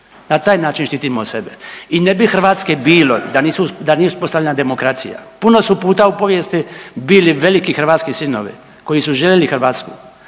Na taj način štitimo sebe. I ne bi Hrvatske bilo, da nije uspostavljena demokracija. Puno su puta u povijesti bili veliki hrvatski sinovi koji su željeli Hrvatsku,